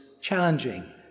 challenging